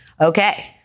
Okay